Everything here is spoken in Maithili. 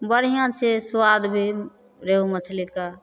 बढ़िआँ छै सुआद भी रेहू मछलीके